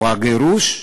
או הגירוש,